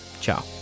Ciao